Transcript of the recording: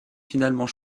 finalement